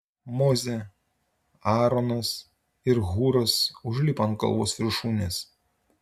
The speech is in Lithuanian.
mozė aaronas ir hūras užlipo ant kalvos viršūnės